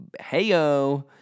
Heyo